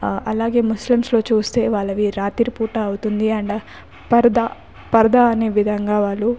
అలాగే ముస్లింస్లో చూస్తే వాళ్ళవి రాత్రి పూట అవుతుంది అండ్ పరదా పరదా అనే విధంగా వాళ్ళు